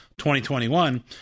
2021